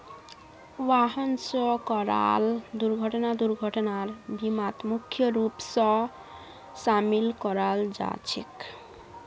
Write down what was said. वाहन स कराल दुर्घटना दुर्घटनार बीमात मुख्य रूप स शामिल कराल जा छेक